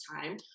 time